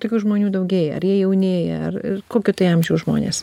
tokių žmonių daugėja ar jie jaunėja ar ir kokio tai amžiaus žmonės